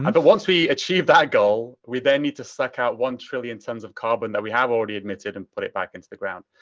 once we achieve that goal, we then need to suck out one trillion tons of carbon that we have already emitted and put it back into the ground.